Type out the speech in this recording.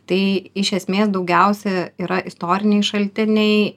tai iš esmės daugiausia yra istoriniai šaltiniai